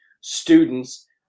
students